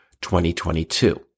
2022